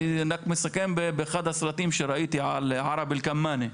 אני רק מסכם באחד הסרטים שראיתי על ערב אל קמאני.